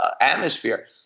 atmosphere